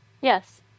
Yes